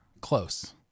Close